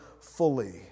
fully